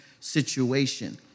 situation